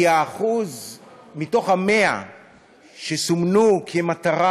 כי האחוז מתוך ה-100 שסומנו כמטרה,